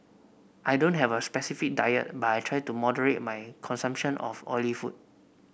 I don't have a specific diet but I try to moderate my consumption of oily food